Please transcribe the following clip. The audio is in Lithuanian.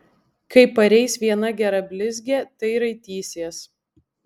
kai pareis viena gera blizgė tai raitysies